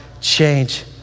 change